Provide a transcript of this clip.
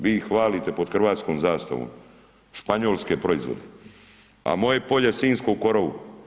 Vi hvalite pod hrvatskom zastavom Španjolske proizvode, a moje polje Sinjsko u korovu.